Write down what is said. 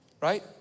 right